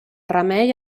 remei